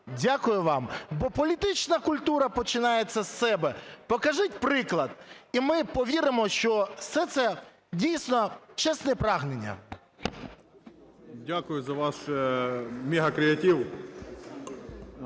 Дякую вам. Бо політична культура починається з себе. Покажіть приклад, і ми повіримо, що все це дійсно чесне прагнення. 11:03:17 ГРОЙСМАН В.Б.